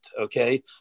Okay